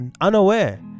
unaware